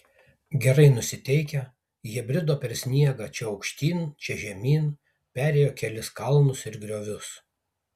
gerai nusiteikę jie brido per sniegą čia aukštyn čia žemyn perėjo kelis kalnus ir griovius